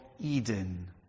Eden